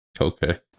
Okay